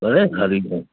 भले हरिओम